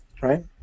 right